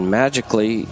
magically